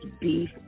beef